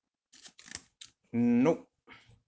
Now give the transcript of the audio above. mm nope